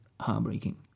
heartbreaking